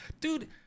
dude